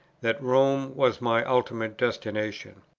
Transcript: that rome was my ultimate destination.